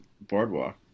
boardwalk